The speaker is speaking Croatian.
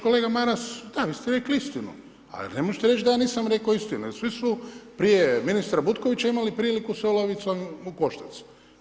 Kolega Maras, da, vi ste rekli istinu ali ne možete reći da ja nisam rekao istinu jer svi su prije ministra Butkovića imali priliku se uloviti s ovim u koštac.